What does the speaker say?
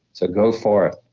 so go forth.